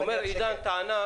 עידן מעלה טענה,